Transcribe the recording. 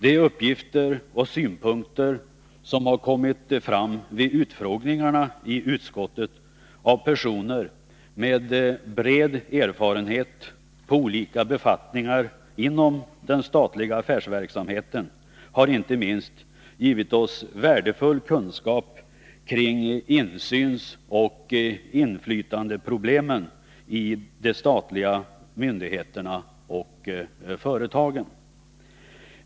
De uppgifter och synpunkter som kommit fram vid utfrågningarna i utskottet av personer med bred erfarenhet på olika befattningar inom den statliga affärsverksamheten har, inte minst, givit oss värdefull kunskap kring insynsoch inflytandeproblemen i de statliga myndigheterna och företagen.